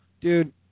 Dude